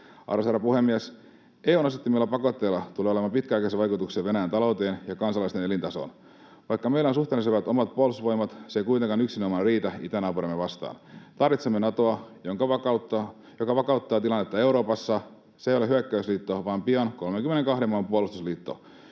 Arvoisa herra puhemies! EU:n asettamilla pakotteilla tulee olemaan pitkäaikaisvaikutuksia Venäjän talouteen ja kansalaisten elintasoon. Vaikka meillä on suhteellisen hyvät omat puolustusvoimat, se ei kuitenkaan yksinomaan riitä itänaapuriamme vastaan. Tarvitsemme Natoa, joka vakauttaa tilannetta Euroopassa. Se ei ole hyökkäysliitto, vaan pian 32 maan puolustusliitto.